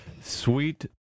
Sweet